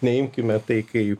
neimkime tai kai